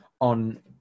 on